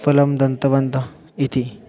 फलं दन्तवन्तः इति